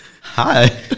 Hi